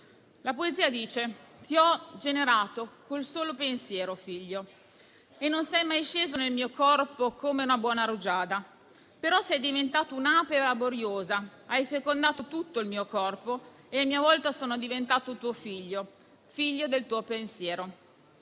La poesia dice: «Ti ho generato col solo pensiero figlio e non sei mai sceso nel mio corpo come una buona rugiada. Però sei diventato un'ape laboriosa, hai fecondato tutto il mio corpo e a mia volta son diventato tuo figlio, figlio del tuo pensiero.